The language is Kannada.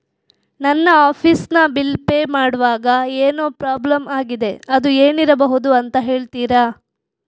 ನನ್ನ ಆಫೀಸ್ ನ ಬಿಲ್ ಪೇ ಮಾಡ್ವಾಗ ಏನೋ ಪ್ರಾಬ್ಲಮ್ ಆಗಿದೆ ಅದು ಏನಿರಬಹುದು ಅಂತ ಹೇಳ್ತೀರಾ?